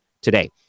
today